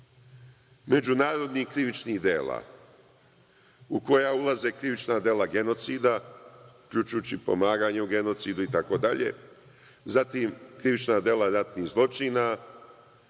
međunarodnih krivičnih dela u koja ulaze krivična dela genocida, uključujući pomaganje u genocidu itd, zatim, krivična dela ratnih zločina,